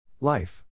Life